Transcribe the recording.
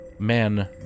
Men